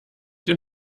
den